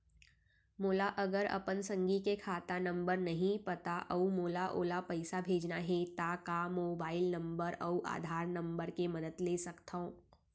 मोला अगर अपन संगी के खाता नंबर नहीं पता अऊ मोला ओला पइसा भेजना हे ता का मोबाईल नंबर अऊ आधार नंबर के मदद ले सकथव?